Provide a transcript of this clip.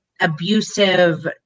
abusive